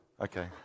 okay